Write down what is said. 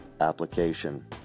application